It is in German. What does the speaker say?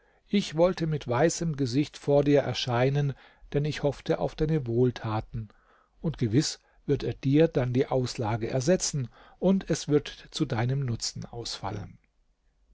ich wollte mit weißem gesicht vor dir erscheinen denn ich hoffte auf deine wohltaten und gewiß wird er dir dann die auslage ersetzen und es wird zu deinem nutzen ausfallen